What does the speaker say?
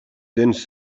tens